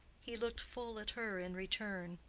he looked full at her in return,